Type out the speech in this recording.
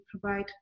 provide